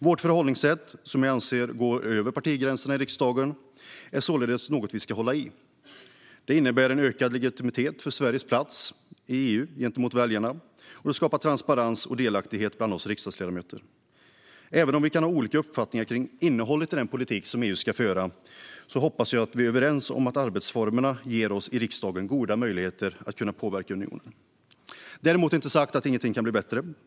Vårt förhållningssätt, som jag anser går över partigränserna i riksdagen, är således något vi ska hålla fast vid. Det innebär en ökad legitimitet för Sveriges plats i EU gentemot väljarna, och det skapar transparens och delaktighet bland oss riksdagsledamöter. Även om vi kan ha olika uppfattningar kring innehållet i den politik som EU ska föra hoppas jag att vi är överens om att arbetsformerna ger oss i riksdagen goda möjligheter att påverka unionen. Därmed inte sagt att inget kan bli bättre.